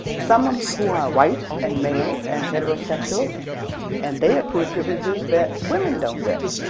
someone who are white and male and heterosexual and they accrue privileges that women don't get.